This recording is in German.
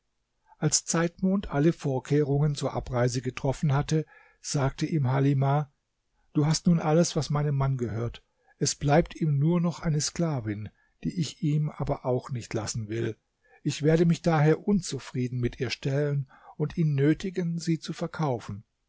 als zeitmond alle vorkehrungen zur abreise getroffen hatte sagte ihm halimah du hast nun alles was meinem mann gehört es bleibt ihm nur noch eine sklavin die ich ihm aber auch nicht lassen will ich werde mich daher unzufrieden mit ihr stellen und ihn nötigen sie zu verkaufen